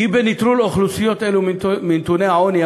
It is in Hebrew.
כי בנטרול אוכלוסיות אלה מנתוני העוני,